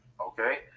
Okay